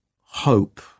hope